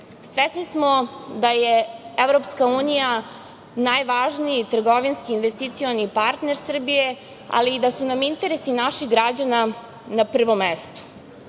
Svesni smo da je EU najvažniji trgovinski investicioni partner Srbije, ali i da su nam interesi naših građana na prvom